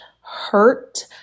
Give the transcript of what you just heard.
hurt